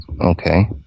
Okay